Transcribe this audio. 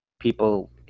people